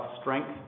strength